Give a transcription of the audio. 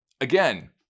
Again